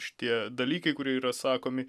šitie dalykai kurie yra sakomi